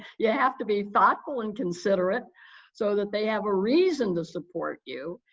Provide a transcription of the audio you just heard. yeah have to be thoughtful and considerate so that they have a reason to support you,